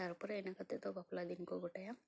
ᱛᱟᱨᱯᱚᱨᱮ ᱤᱱᱟᱹ ᱠᱟᱛᱮ ᱫᱚ ᱵᱟᱯᱞᱟ ᱫᱤᱱ ᱠᱚ ᱜᱚᱴᱟᱭᱟ